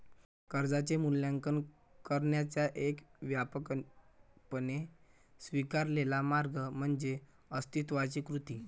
कर्जाचे मूल्यांकन करण्याचा एक व्यापकपणे स्वीकारलेला मार्ग म्हणजे अस्तित्वाची कृती